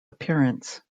appearance